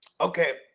Okay